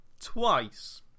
twice